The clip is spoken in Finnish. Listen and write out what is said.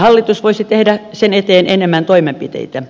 hallitus voisi tehdä sen eteen enemmän toimenpiteitä